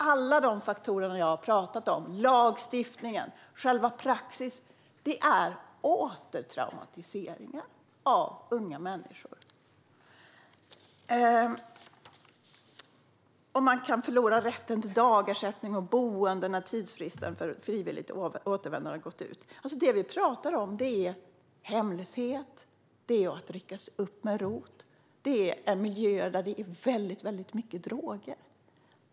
Alla de faktorer jag har pratat om - lagstiftningen och själva praxis - är ett återtraumatiserande av unga människor. Man kan förlora rätten till dagersättning och boende när tidsfristen för frivilligt återvändande har gått ut. Det vi pratar om då är hemlöshet; man rycks upp med roten. Det handlar om miljöer där det finns väldigt mycket droger.